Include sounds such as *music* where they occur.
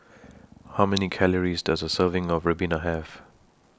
*noise* How Many Calories Does A Serving of Ribena Have